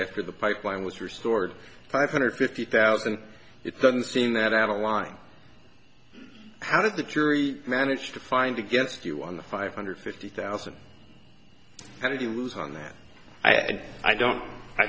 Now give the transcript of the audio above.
after the pipeline was restored five hundred fifty thousand it doesn't seem that out of line how did the jury manage to find against you on the five hundred fifty thousand how did you lose on that i think i don't i